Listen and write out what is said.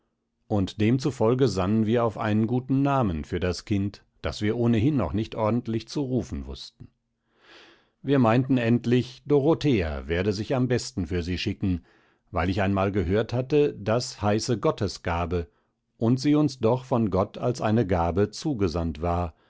und demzufolge sannen wir auf einen guten namen für das kind das wir ohnehin noch nicht ordentlich zu rufen wußten wir meinten endlich dorothea werde sich am besten für sie schicken weil ich einmal gehört hatte das heiße gottesgabe und sie uns doch von gott als eine gabe zugesandt war